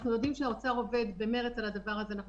אנחנו יודעים שהאוצר עובד במרץ על הדבר הזה ואנחנו